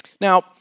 Now